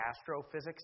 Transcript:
astrophysics